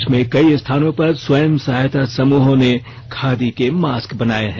देश में कई स्थानों पर स्वयं सहायता समूहों ने खादी के मास्क बनाए हैं